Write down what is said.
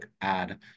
add